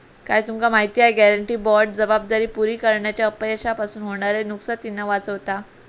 काय तुमका माहिती हा? गॅरेंटी बाँड जबाबदारी पुरी करण्याच्या अपयशापासून होणाऱ्या नुकसानीतना वाचवता